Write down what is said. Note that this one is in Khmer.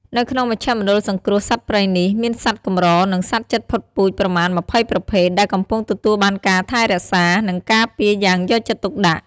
នៅក្នុងមជ្ឈមណ្ឌលសង្គ្រោះសត្វព្រៃនេះ មានសត្វកម្រ និងសត្វជិតផុតពូជប្រមាណ ២០ ប្រភេទ ដែលកំពុងទទួលបានការថែរក្សា និងការពារយ៉ាងយកចិត្តទុកដាក់